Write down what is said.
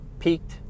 peaked